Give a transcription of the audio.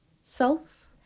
self